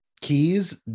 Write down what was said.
keys